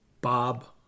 Bob